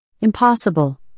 Impossible